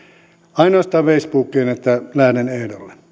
ainoastaan kirjoitin facebookiin että lähden ehdolle